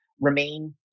remain